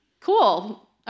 Cool